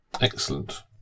Excellent